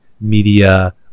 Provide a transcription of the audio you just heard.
media